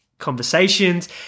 conversations